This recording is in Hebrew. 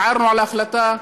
ערערנו על ההחלטה,